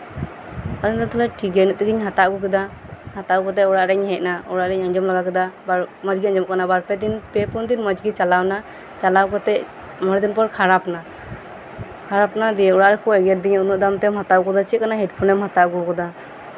ᱟᱫᱚᱧ ᱢᱮᱱᱫᱟ ᱛᱟᱦᱚᱞᱮ ᱴᱷᱤᱠ ᱜᱮᱭᱟ ᱤᱱᱟᱹᱜ ᱛᱮᱜᱮᱧ ᱦᱟᱛᱟᱣ ᱟᱹᱜᱩ ᱠᱮᱫᱟ ᱦᱟᱛᱟᱣ ᱠᱟᱛᱮᱫ ᱚᱲᱟᱜᱨᱤᱧ ᱦᱮᱡ ᱮᱱᱟ ᱚᱲᱟᱜ ᱨᱤᱧ ᱟᱸᱡᱚᱢ ᱵᱟᱲᱟ ᱠᱮᱫᱟ ᱟᱵᱟᱨ ᱢᱚᱸᱡᱽ ᱜᱮ ᱟᱸᱡᱚᱢᱚᱜ ᱠᱟᱱᱟ ᱵᱟᱨ ᱯᱮ ᱫᱤᱱ ᱯᱮ ᱯᱩᱱ ᱫᱤᱱ ᱢᱚᱸᱡᱽ ᱜᱮ ᱪᱟᱞᱟᱣᱱᱟ ᱪᱟᱞᱟᱣ ᱠᱟᱛᱮᱫ ᱢᱚᱬᱮ ᱫᱤᱱ ᱯᱚᱨ ᱠᱷᱟᱨᱟᱯ ᱮᱱᱟ ᱟᱵᱟᱨ ᱮᱜᱮᱨ ᱫᱤᱧ ᱠᱟᱱᱟ ᱩᱱᱟᱹᱜ ᱫᱟᱢ ᱛᱮᱢ ᱦᱟᱛᱟᱣ ᱠᱮᱫᱟ ᱪᱮᱫᱠᱟᱱᱟᱜ ᱦᱮᱰ ᱯᱷᱳᱱᱮᱢ ᱦᱟᱛᱟᱣ ᱟᱹᱜᱩ ᱟᱠᱟᱫᱟ